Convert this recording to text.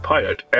Pilot